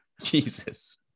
Jesus